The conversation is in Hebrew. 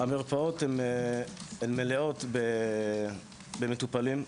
המרפאות הן מלאות במטופלים.